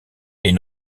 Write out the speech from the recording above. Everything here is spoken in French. est